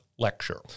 lecture